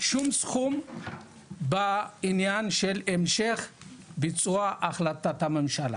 שום סכום בעניין של המשך ביצוע החלטת הממשלה.